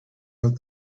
out